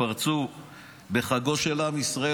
פרצו בחגו של עם ישראל,